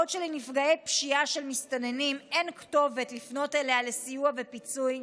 בעוד שלנפגעי פשיעה של מסתננים אין כתובת לפנות אליה לסיוע ופיצוי,